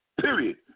Period